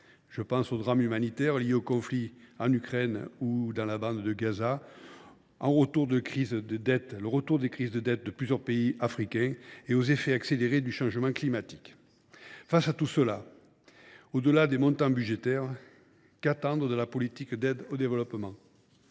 de pauvreté : drames humanitaires liés aux conflits en Ukraine ou dans la bande de Gaza, retour des crises de la dette dans plusieurs pays africains et effets accélérés du changement climatique. Face à ces enjeux, au delà des montants budgétaires, que devons nous attendre de la politique d’aide au développement ?